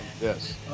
Yes